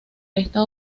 esta